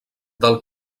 del